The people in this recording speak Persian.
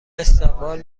استقبال